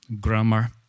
grammar